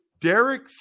Derek